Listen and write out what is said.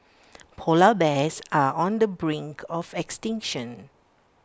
Polar Bears are on the brink of extinction